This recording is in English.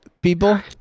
people